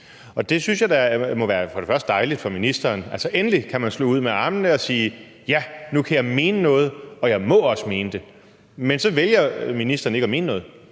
det synes jeg da må være dejligt for ministeren. Altså, endelig kan man slå ud med armene og sige: Ja, nu kan jeg mene noget, og jeg må også mene det. Men så vælger ministeren ikke at mene noget,